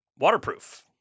waterproof